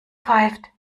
pfeift